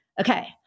Okay